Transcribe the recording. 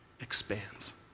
expands